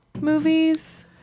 movies